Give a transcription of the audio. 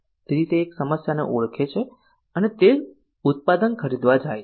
તેથી તે એક સમસ્યાને ઓળખે છે અને તે ઉત્પાદન ખરીદવા જાય છે